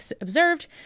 observed